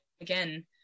again